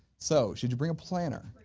so, should you bring a planner?